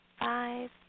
Five